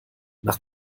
nach